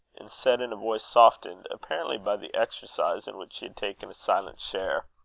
and said in a voice softened apparently by the exercise in which she had taken a silent share,